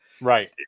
right